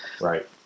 right